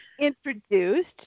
introduced